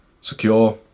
secure